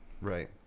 right